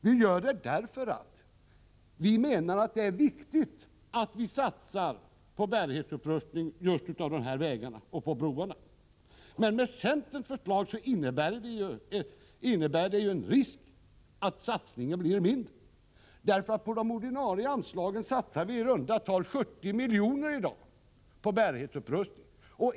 Vi anser visserligen att det är viktigt att satsa på bärighetsupprustning av dessa vägar och broar, men centerns förslag innebär en risk för att satsningen blir mindre. På de olika anslagen satsar vi i dag i runda tal 70 milj.kr. på bärighetsupprustning.